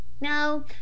No